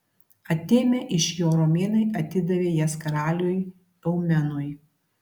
atėmę iš jo romėnai atidavė jas karaliui eumenui